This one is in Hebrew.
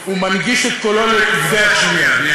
הוא מנגיש את קולו לכבדי השמיעה.